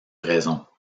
raison